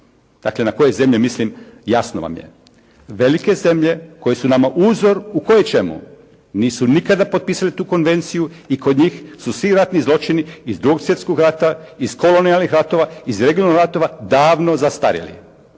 Dakle na koje zemlje mislim jasno vam je. Velike zemlje koje su nama uzor u koje ćemo, nisu nikada potpisale tu konvenciju i kod njih su svi ratni zločini iz Drugog svjetskog rata, iz kolonijalnih ratova, iz regionalnih ratova davno zastarjeli.